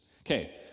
Okay